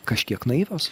kažkiek naivios